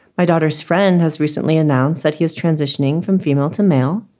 my daughter's friend has recently announced that he is transitioning from female to male.